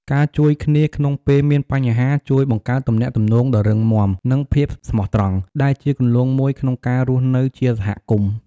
ការជួយគ្នាក្នុងពេលមានបញ្ហា ជួយបង្កើតទំនាក់ទំនងដ៏រឹងមាំ និងភាពស្មោះត្រង់ ដែលជាគន្លងមួយក្នុងការរស់នៅជាសហគមន៍។